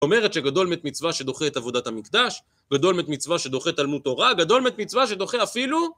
אומרת שגדול מת מצווה שדוחה את עבודת המקדש, גדול מת מצווה שדוחה תלמוד תורה, גדול מת מצווה שדוחה אפילו...